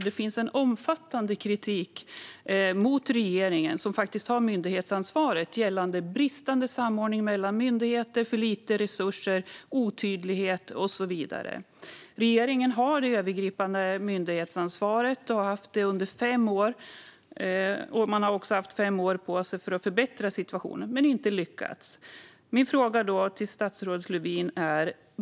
Det finns en omfattande kritik mot regeringen, som faktiskt har myndighetsansvaret, gällande bristande samordning mellan myndigheter, för lite resurser, otydlighet och så vidare. Regeringen har haft det övergripande myndighetsansvaret i fem år och har alltså haft fem år på sig att förbättra situationen men inte lyckats.